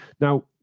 Now